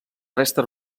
restes